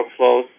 workflows